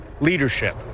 leadership